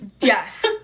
yes